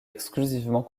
exclusivement